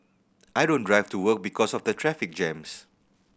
I don't drive to work because of the traffic jams